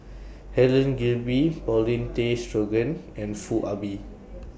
Helen Gilbey Paulin Tay Straughan and Foo Ah Bee